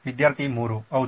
ವಿದ್ಯಾರ್ಥಿ 3 ಹೌದು